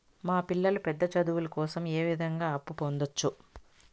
మా పిల్లలు పెద్ద చదువులు కోసం ఏ విధంగా అప్పు పొందొచ్చు?